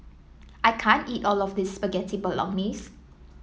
I can't eat all of this Spaghetti Bolognese